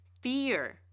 fear